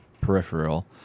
peripheral